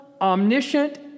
omniscient